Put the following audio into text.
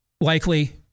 likely